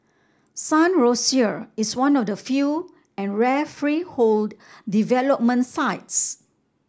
Sun Rosier is one of the few and rare freehold development sites